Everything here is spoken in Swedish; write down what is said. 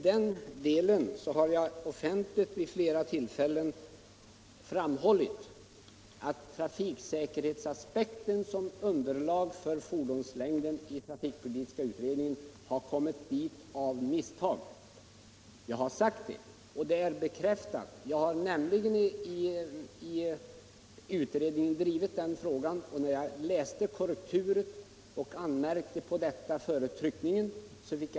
Herr talman! Jag har tidigare offentligt vid flera tillfällen framhållit att uttalandet om trafiksäkerhetsaspekten när det gäller fordonslängden har kommit med av misstag i trafikpolitiska utredningens betänkande. Detta kar också bekräftats från utredningens sida. När jag läste korrekturet till betänkandet före tryckningen anmärkte jag på att denna passus om trafiksäkerhetsaspekten var med.